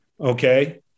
Okay